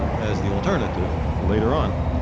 as the alternative later on.